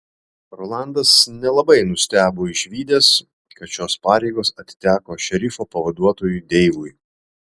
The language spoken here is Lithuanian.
rolandas nelabai nustebo išvydęs kad šios pareigos atiteko šerifo pavaduotojui deivui